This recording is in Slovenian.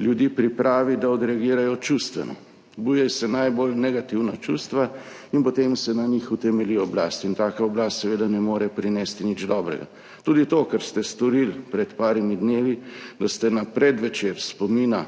ljudi pripravi, da odreagirajo čustveno. Zbujajo se najbolj negativna čustva in potem se na njih utemelji oblast. In taka oblast seveda ne more prinesti nič dobrega. Tudi to, kar ste storili pred nekaj dnevi, da ste na predvečer spomina